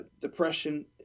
depression